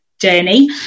journey